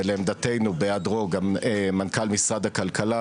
ולעמדתנו בהעדרו גם מנכ"ל משרד הכלכלה